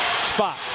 Spot